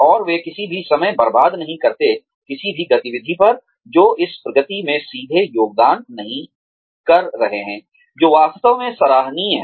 और वे किसी भी समय बर्बाद नहीं करते हैं किसी भी गतिविधियों पर जो इस प्रगति में सीधे योगदान नहीं कर रहे हैं जो वास्तव में सराहनीय है